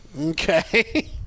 Okay